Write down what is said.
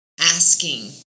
asking